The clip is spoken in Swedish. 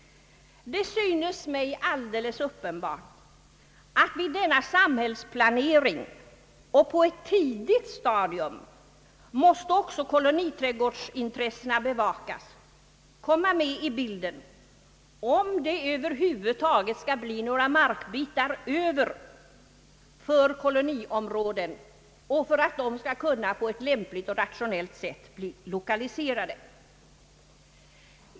Det synes mig alldeles uppenbart att vid denna samhällsplanering koloniträdgårdsintressena också på ett tidigt stadium måste komma in i bilden, om det över huvud taget skall bli några markbitar över för koloniområden och om de på ett lämpligt och rationellt sätt skall kunna bli lokaliserade.